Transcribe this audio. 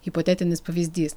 hipotetinis pavyzdys